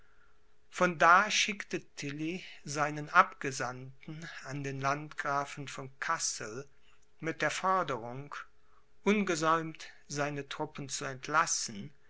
von da schickte tilly seinen abgesandten an den landgrafen von kassel mit der forderung ungesäumt seine truppen zu entlassen